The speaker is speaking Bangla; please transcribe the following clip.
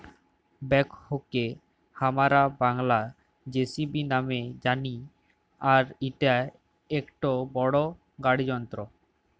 ব্যাকহোকে হামরা বাংলায় যেসিবি নামে জানি আর ইটা একটো বড় গাড়ি যন্ত্র